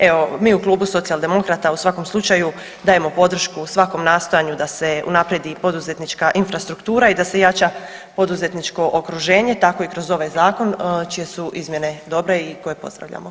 Evo mi u Klubu socijaldemokrata u svakom slučaju dajemo podršku svakom nastojanju da se unaprijedi poduzetnička infrastruktura i da se jača poduzetničko okruženje, tako i kroz ovaj zakon čije su izmjene dobre i koje pozdravljamo.